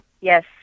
yes